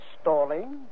stalling